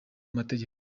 amategeko